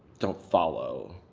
don't follow.